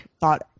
thought